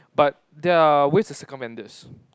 but there are ways to circumvent this